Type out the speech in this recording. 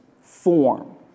form